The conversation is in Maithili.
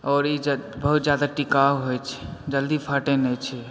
और ई बहुत ज्यादा टिकाउ होइ छै जल्दी फाटय नहि छै